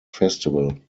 festival